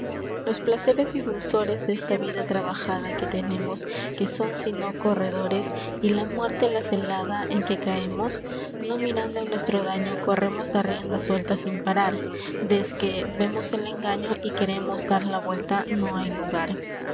los plazeres y dulores desta vida trabajada que tenemos que son sino corredores y la muerte la celada en que caemos no mirando nuestro daño corremos a rienda suelta sin parar desque vemos el engaño y queremos dar la buelta no ay lugar